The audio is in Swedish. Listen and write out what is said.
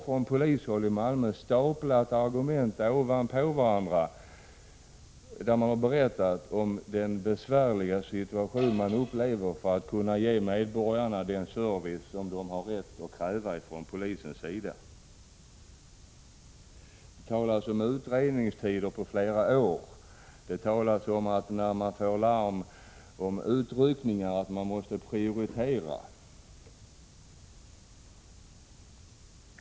Från polishåll i Malmö har man staplat argument ovanpå varandra om den besvärliga situation man upplever när det gäller att ge medborgarna den service som de har rätt att kräva av polisen. Det talas om utredningstider på flera år och om att prioriteringar måste göras vid utryckningslarm.